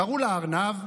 קראו לארנב.